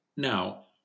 Now